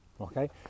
okay